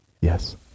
Yes